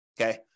Okay